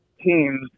teams